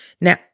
Now